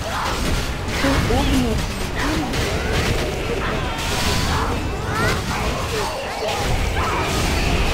kai ugnius nutildė jį išgirdome kad už durų kažkas niūkia ir stena